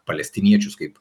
palestiniečius kaip